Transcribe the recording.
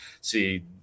see